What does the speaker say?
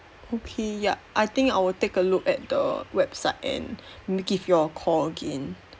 okay ya I think I will take a look at the website and give you all a call again